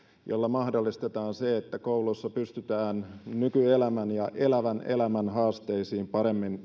joilla mahdollistetaan se että kouluissa pystytään nykyelämän ja elävän elämän haasteisiin paremmin